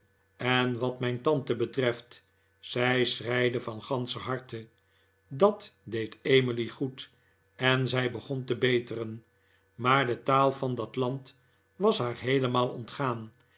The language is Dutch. en wat mijn tante betreft zij schreide van ganscher harte dat deed emily goed en zij begon te beteren maar de taal van dat land was haar heelemaal ontgaan